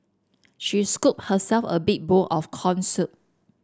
she scooped herself a big bowl of corn soup